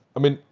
i mean,